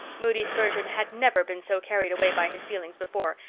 moody spurgeon had never been so carried away by his feelings before,